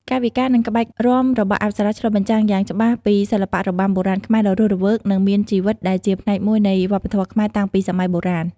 កាយវិការ និងក្បាច់រាំរបស់អប្សរា ឆ្លុះបញ្ចាំងយ៉ាងច្បាស់ពីសិល្បៈរបាំបុរាណខ្មែរដ៏រស់រវើក និងមានជីវិត ដែលជាផ្នែកមួយនៃវប្បធម៌ខ្មែរតាំងពីសម័យបុរាណ។